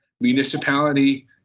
municipality